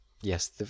yes